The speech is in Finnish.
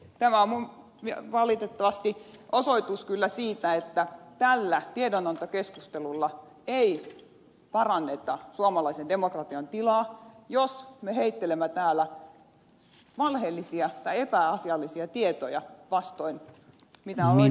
tämä on kyllä valitettavasti osoitus siitä että tällä tiedonantokeskustelulla ei paranneta suomalaisen demokratian tilaa jos me heittelemme täällä valheellisia tai epäasiallisia tietoja vastoin minä olen